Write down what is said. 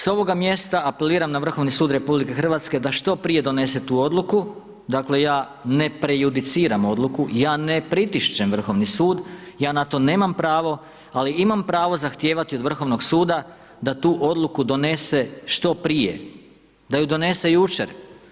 S ovoga mjesta apeliram na Vrhovni sud RH da što prije donese tu odluku, dakle, ja ne prejudiciram odluku, ja ne pritišćem Vrhovni sud, ja na to nemam pravo, ali imam pravo zahtijevati od Vrhovnog suda da tu odluku donese što prije, da ju donese jučer.